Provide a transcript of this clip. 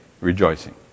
rejoicing